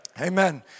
Amen